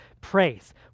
praise